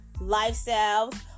lifestyles